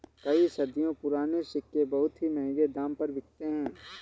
कई सदियों पुराने सिक्के बहुत ही महंगे दाम पर बिकते है